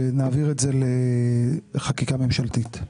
ונעביר את זה לחקיקה ממשלתית.